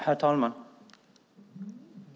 Herr talman!